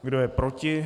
Kdo je proti?